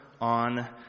on